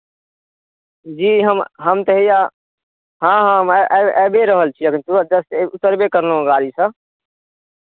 जी हम हम तऽ हैया हँ हँ आबिए रहल छी अभी तुरन्त जस्ट उतरबे कयलहुँ हेँ गाड़ीसँ